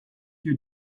you